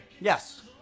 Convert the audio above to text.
Yes